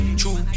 true